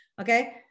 Okay